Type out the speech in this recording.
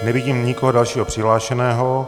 Nevidím nikoho dalšího přihlášeného.